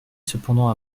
cependant